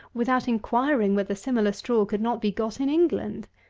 without inquiring whether similar straw could not be got in england!